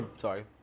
Sorry